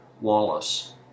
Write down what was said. Wallace